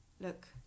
look